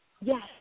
Yes